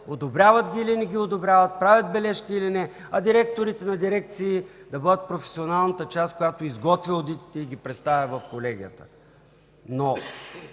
одобряват ги или не ги одобряват, правят бележки или не, а директорите на дирекции да водят професионалната част, която изготвя одитите и ги представя в колегията.